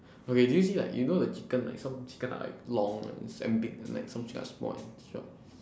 okay do you see like you know the chicken like some chicken are like long and it's damn big and like some chicken are small and short